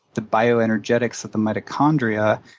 the bioenergetics of the mitochondria,